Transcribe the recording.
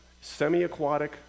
semi-aquatic